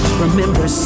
remember